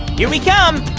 here we come